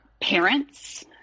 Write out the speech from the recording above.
parents